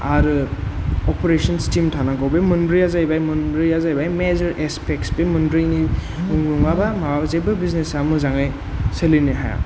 आरो operations team थानांगौ बे मोनब्रैया जाहैबाय मोनब्रैया जाहैबाय मेजर एस्पेक्स बे मोनब्रैनि नङाबा जेबो बिजनेसा मोजाङै सोलिनो हाया